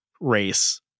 race